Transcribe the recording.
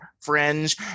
fringe